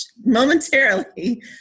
momentarily